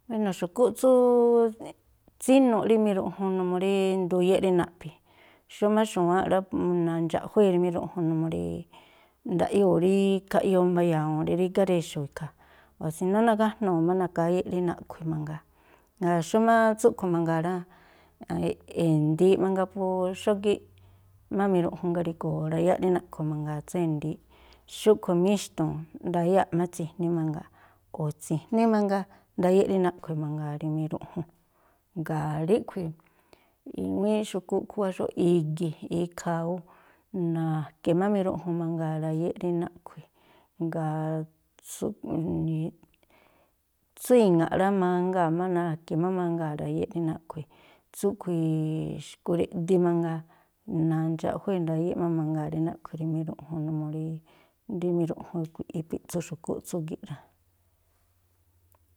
Wéno̱, xu̱kúꞌ tsú tsínuꞌ rí miruꞌjun numuu rí nduyéꞌ rí naꞌphi̱, xúmá xu̱wáánꞌ rá nandxaꞌjuée̱ rí miruꞌjun numuu rí ndaꞌyoo̱ rí khaꞌyoo mbaya̱wu̱u̱n rí rígá rexo̱o̱ ikhaa̱, o̱ sinóó nagájnuu̱ má na̱ke̱ áyéꞌ rí naꞌkhui̱ mangaa. Jngáa̱ xúmá tsúꞌkhui̱ mangaa rá. e̱ndi̱iꞌ mangaa, po xógíꞌ má miruꞌjun ngari̱go̱o̱ rayáꞌ rí naꞌkhu̱ mangaa tsú e̱ndi̱iꞌ. Xúꞌkhui̱ míxtu̱u̱n ndayáa̱ꞌ má tsi̱jní mangaa̱. O̱ tsi̱jní mangaa, ndayéꞌ rí naꞌkhui̱ mangaa̱ rí miruꞌjun. Jngáa̱ ríꞌkhui̱ i̱ꞌwíínꞌ xu̱kúꞌ khúwá xóóꞌ. I̱gi̱, ikhaa ú na̱ke̱ má miruꞌjun mangaa̱ rayéꞌ rí naꞌkhui̱. Jngáa̱ tsú i̱ŋa̱ꞌ rá, mangaa̱ má na̱ke̱ má mangaa̱ rayéꞌ rí naꞌkhui̱. Tsúꞌkhui̱ xkureꞌdi mangaa, nandxaꞌjuée̱ ndayéꞌ má mangaa̱ rí naꞌkhui̱ rí miruꞌjun, numuu rí miruꞌjun ipi̱ꞌtsu xu̱kúꞌ tsúgi̱ꞌ rá.